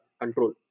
control